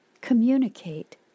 communicate